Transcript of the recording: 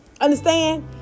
Understand